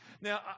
Now